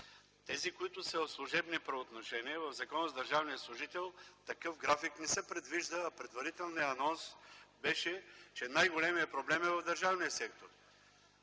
тези, които са в служебни правоотношения, в Закона за държавния служител такъв график не се предвижда, а предварителният анонс беше, че най-големият проблем е в държавния сектор.